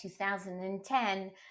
2010